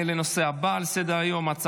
בעד, חמישה, אין מתנגדים.